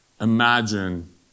imagine